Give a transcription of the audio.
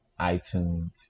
iTunes